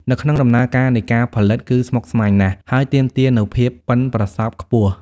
នៅក្នុងដំណើរការនៃការផលិតគឺស្មុគស្មាញណាស់ ហើយទាមទារនូវភាពប៉ិនប្រសប់ខ្ពស់។